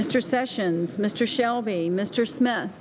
mr sessions mr shelby mr smith